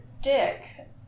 dick